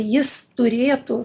jis turėtų